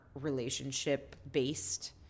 relationship-based